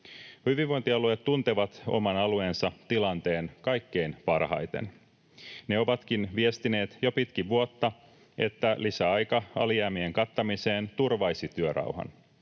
Hyvinvointialueet tuntevat oman alueensa tilanteen kaikkein parhaiten. Ne ovatkin viestineet jo pitkin vuotta, että lisäaika alijäämien kattamiseen turvaisi työrauhan.